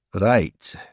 Right